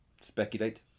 speculate